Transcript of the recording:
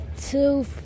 two